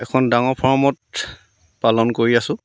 এখন ডাঙৰ ফাৰ্মত পালন কৰি আছোঁ